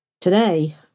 Today